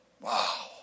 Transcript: Wow